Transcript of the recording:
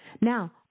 now